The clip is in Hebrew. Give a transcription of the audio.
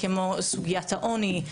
כמו סוגיית העוני,